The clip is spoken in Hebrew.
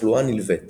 תחלואה נלווית